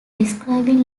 describing